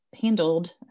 handled